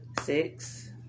six